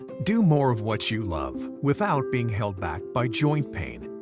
do more of what you love. without being held back by joint pain.